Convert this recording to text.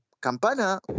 Campana